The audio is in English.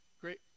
great